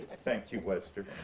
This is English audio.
thank you, webster.